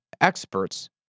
experts